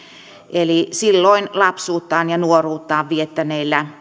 eli silloin lapsuuttaan ja nuoruuttaan viettäneillä